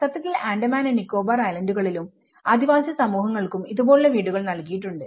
സത്യത്തിൽ ആൻഡമാൻ ആൻഡ് നിക്കോബാർ ഐലൻഡുകളിലും andaman and Nicobar Islands ആദിവാസി സമൂഹങ്ങൾക്കും ഇതേപോലുള്ള വീടുകൾ നൽകിയിട്ടുണ്ട്